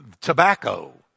tobacco